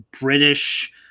British